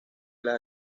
las